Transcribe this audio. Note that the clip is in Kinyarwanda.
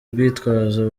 urwitwazo